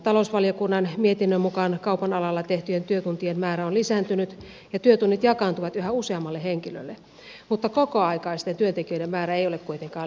talousvaliokunnan mietinnön mukaan kaupan alalla tehtyjen työtuntien määrä on lisääntynyt ja työtunnit jakaantuvat yhä useammalle henkilölle mutta kokoaikaisten työntekijöiden määrä ei ole kuitenkaan lisääntynyt